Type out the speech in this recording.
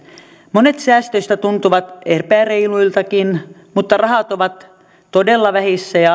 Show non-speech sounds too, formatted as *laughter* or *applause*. monet säästöistä tuntuvat epäreiluiltakin mutta rahat ovat todella vähissä ja *unintelligible*